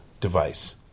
device